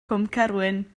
cwmcerwyn